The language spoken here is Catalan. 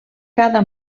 cada